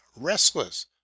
restless